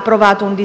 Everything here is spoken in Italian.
cosiddetto "Codice rosso",